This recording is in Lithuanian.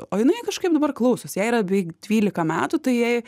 o jinai kažkaip dabar klausosi jai yra beveik dvylika metų tai jai